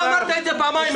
אמרת את פעמיים,